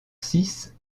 six